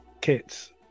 kits